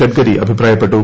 ഗഡ്കരി അഭിപ്രായപ്പെട്ടു